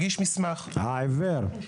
העיוור?